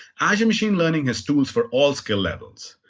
azure machine learning is tools for all skill levels.